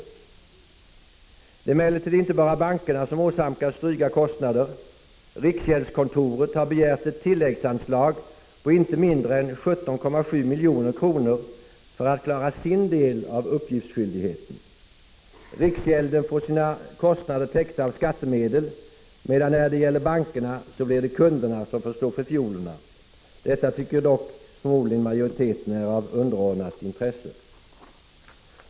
Det är emellertid inte bara bankerna som åsamkas dryga kostnader. Riksgäldskontoret har begärt ett tilläggsanslag på inte mindre än 17,7 milj.kr. för att klara sin del av uppgiftsskyldigheten. Riksgälden får sina kostnader täckta av skattemedel, medan det när det gäller bankerna blir kunderna som får stå för fiolerna. Detta tycker dock förmodligen majoriteten är av underordnat intresse.